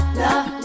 love